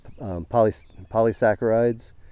polysaccharides